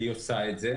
והיא עושה את זה.